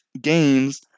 games